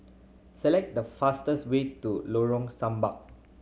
select the fastest way to Lorong Samak